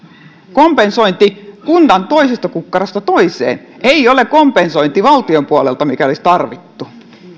kompensointi kunnan toisesta kukkarosta toiseen ei ole kompensointi valtion puolelta mitä olisi tarvittu